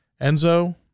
Enzo